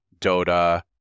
Dota